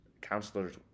counselors